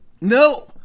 No